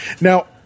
Now